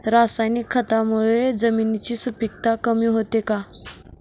रासायनिक खतांमुळे जमिनीची सुपिकता कमी होते का?